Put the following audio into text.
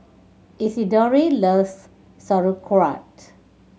Isidore loves Sauerkraut